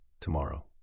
tomorrow